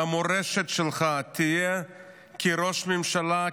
המורשת שלך תהיה כראש ממשלה,